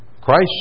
Christ